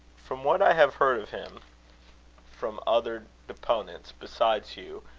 from what i have heard of him from other deponents besides hugh,